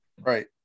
Right